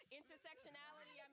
intersectionality